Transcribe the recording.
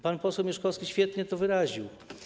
Pan poseł Mieszkowski świetnie to wyraził.